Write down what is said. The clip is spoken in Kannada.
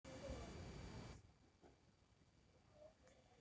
ರೈತರಿಗಿ ಪಶುಪಾಲನೆ ಮಾಡ್ಲಿಕ್ಕಿ ಅವರೀಗಿ ಬ್ಯಾಂಕಿಂದ ಕಡಿಮೆ ಬಡ್ಡೀಗಿ ಲೋನ್ ಕೊಡ್ತಾರ